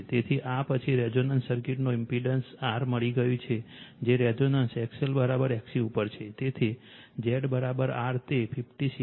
તેથી આ પછી રેઝોનન્સ સર્કિટનો ઇમ્પેડન્સ R મળી ગયું છે જે રેઝોનન્સ XLXC ઉપર છે તેથી ZR તે 56